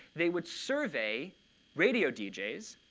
they would survey radio deejays.